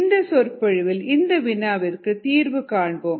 இந்த சொற்பொழிவில் இந்த வினாவிற்கு தீர்வு காண்போம்